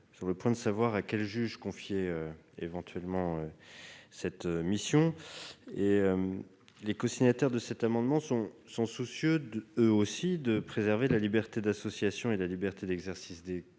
sur le point de savoir à quel juge confier éventuellement cette mission. Ses cosignataires sont soucieux de préserver la liberté d'association et la liberté d'exercice des cultes